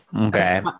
Okay